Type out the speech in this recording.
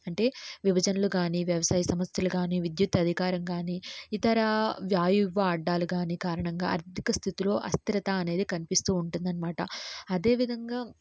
అంటే విభజనలు కానీ వ్యవసాయ సమస్యలు కానీ విద్యుత్ అధికారం కానీ ఇతర వ్యాయువ్వా అడ్డాలు కానీ కారణంగా అర్థిక స్థితిలో అస్థిరత అనేది కనిపిస్తూ ఉంటుంది అనమాట అదేవిధంగా